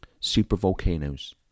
Supervolcanoes